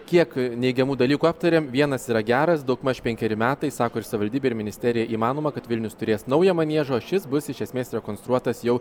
kiek neigiamų dalykų aptarėm vienas yra geras daugmaž penkeri metai sako ir savivaldybė ir ministerija įmanoma kad vilnius turės naują maniežą o šis bus iš esmės rekonstruotas jau